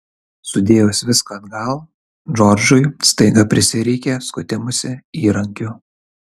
sudėjus viską atgal džordžui staiga prisireikė skutimosi įrankių